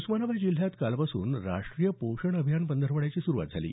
उस्मानाबाद जिल्ह्यात कालपासून राष्टीय पोषण अभियान पंधरवाड्याची सुरुवात झाली